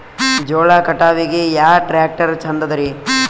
ಜೋಳ ಕಟಾವಿಗಿ ಯಾ ಟ್ಯ್ರಾಕ್ಟರ ಛಂದದರಿ?